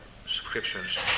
subscriptions